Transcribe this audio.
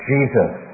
Jesus